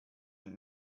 and